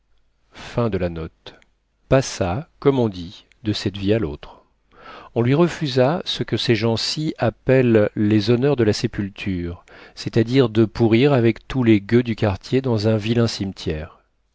passa comme on dit de cette vie à l'autre on lui refusa ce que ces gens-ci appellent les honneurs de la sépulture c'est-à-dire de pourrir avec tous les gueux du quartier dans un vilain cimetière